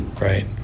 right